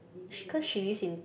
she cause she lives in